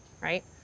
right